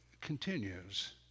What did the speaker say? continues